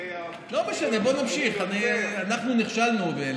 אנחנו נכשלנו.